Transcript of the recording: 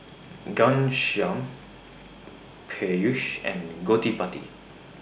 Ghanshyam Peyush and Gottipati